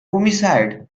homicide